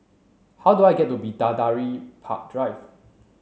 how do I get to Bidadari Park Drive